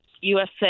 USA